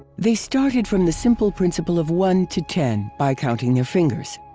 they started from the simple principle of one to ten by counting their fingers.